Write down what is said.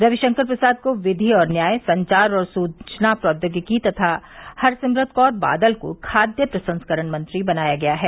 रविशंकर प्रसाद को विधि और न्याय संचार और सुचना प्रौद्योगिकी तथा हरसिमरत कौर बादल को खाद्य प्रसंस्करण मंत्री बनाया गया है